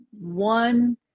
one